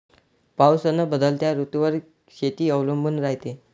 पाऊस अन बदलत्या ऋतूवर शेती अवलंबून रायते